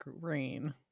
green